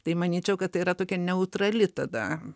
tai manyčiau kad tai yra tokia neutrali tada